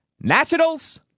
Nationals